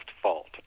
fault